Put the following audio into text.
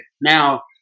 Now